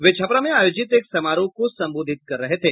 वे छपरा में आयोजित एक समारोह को संबोधित कर रहे थे